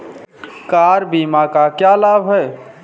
Car बीमा का क्या लाभ है?